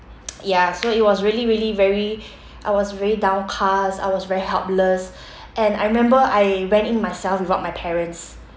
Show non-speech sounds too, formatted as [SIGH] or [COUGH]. [NOISE] ya so it was really really very I was very downcast I was very helpless and I remember I went in myself without my parents